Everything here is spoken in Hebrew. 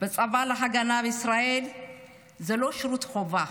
בצבא ההגנה לישראל זה לא שירות חובה,